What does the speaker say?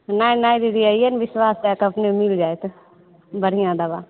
नहि नहि दीदी आइए ने बिश्वास हइ तऽ अपने मिल जायत बढ़िआँ दवा